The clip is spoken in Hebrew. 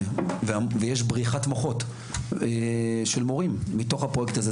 ויש בריחת מוחות של מורים מתוך הפרויקט הזה.